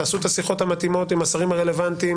תעשו את השיחות המתאימות עם השרים הרלוונטיים,